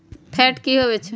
Fat की होवछै?